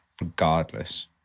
regardless